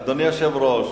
אדוני היושב-ראש,